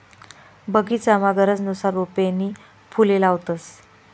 बगीचामा गरजनुसार रोपे नी फुले लावतंस